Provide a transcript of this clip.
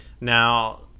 now